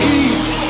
east